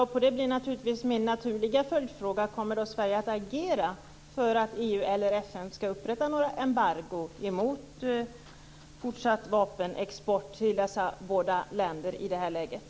Herr talman! Min naturliga följdfråga blir: Kommer Sverige att agera för att EU eller FN skall upprätta ett embargo mot fortsatt vapenexport till dessa båda länder i det här läget?